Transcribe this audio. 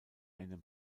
einen